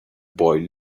boy